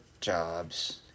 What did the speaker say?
jobs